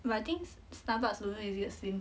but I think Starbucks don't know is it the same